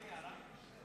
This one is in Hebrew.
אפשר הערה?